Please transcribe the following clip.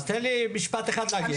אז תן לי משפט אחד להגיד.